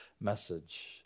message